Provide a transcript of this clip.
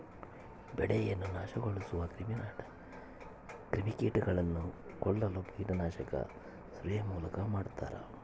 ಬೆಳೆಯನ್ನು ನಾಶಗೊಳಿಸುವ ಕ್ರಿಮಿಕೀಟಗಳನ್ನು ಕೊಲ್ಲಲು ಕೀಟನಾಶಕ ಸ್ಪ್ರೇ ಮೂಲಕ ಮಾಡ್ತಾರ